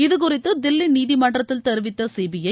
இது குறித்து தில்லி நீதிமன்றத்தில் தெரிவித்த சிபிஐ